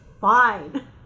fine